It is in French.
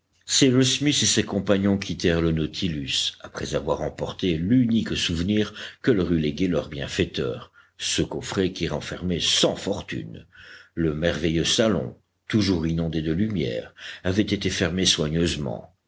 cyrus smith et ses compagnons quittèrent le nautilus après avoir emporté l'unique souvenir que leur eût légué leur bienfaiteur ce coffret qui renfermait cent fortunes le merveilleux salon toujours inondé de lumière avait été fermé soigneusement